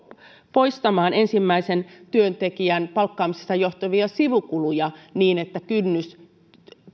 poistamaan ensimmäisen työntekijän palkkaamisesta johtuvia sivukuluja niin että kynnys